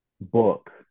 book